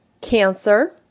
Cancer